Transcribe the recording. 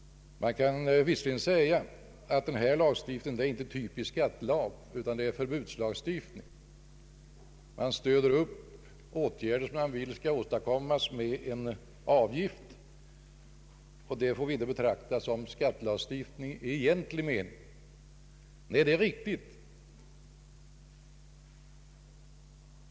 Man kan visserligen säga att den här lagstiftningen inte är en typisk skattelagstiftning utan en förbudslagstiftning. Åtgärder som skall åstadkommas stöds med en avgift, och sådant får vi inte betrakta som skattelagstiftning i vanlig mening. Nej, det är riktigt.